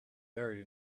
buried